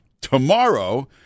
tomorrow